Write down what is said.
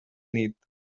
nit